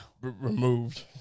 removed